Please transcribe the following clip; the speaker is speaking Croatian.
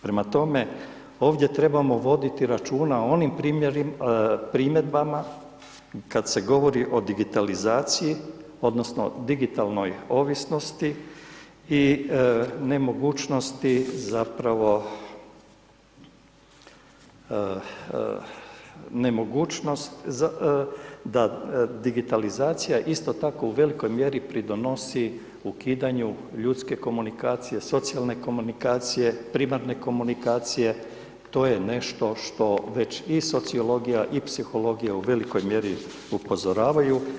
Prema tome, ovdje trebamo voditi računa o onim primjedbama, kad se govori o digitalizaciji, odnosno o digitalnoj ovisnosti i nemogućnosti zapravo, da digitalizacija isto tako u velikoj mjeri pridonosi ukidanju ljudske komunikacije, socijalne komunikacije, primarne komunikacije, to je nešto što već i sociologija i psihologija u velikoj mjeri upozoravaju.